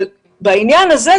בעניין הזה,